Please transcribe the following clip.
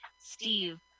Steve